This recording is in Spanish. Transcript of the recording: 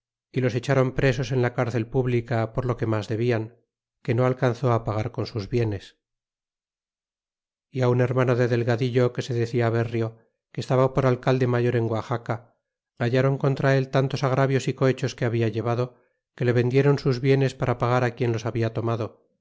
y los echron presos en la carcel pública por lo que mas debian que no alcanzó pagar con sus bienes y un hermano de delgadillo que se decia berrio que estaba por alcalde mayor en guaxaca hallron contra él tantos agravios y cohechos que habia llevado que le vendieron sus bienes para pagar quien los habia tomado